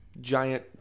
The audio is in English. giant